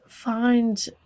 Find